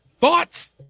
thoughts